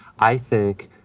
i think,